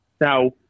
Now